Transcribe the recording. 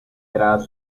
tras